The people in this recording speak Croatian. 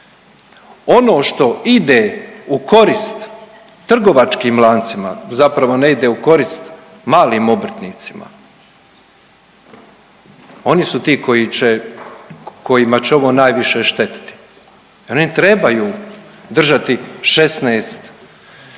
Ono što ide u korist trgovačkim lancima zapravo ne ide u korist malim obrtnicima, oni su ti koji će, kojima će ovo najviše štetiti jer oni trebaju držati 16 nedjelja